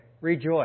rejoice